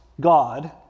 God